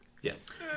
yes